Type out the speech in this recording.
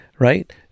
Right